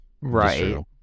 Right